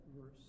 verse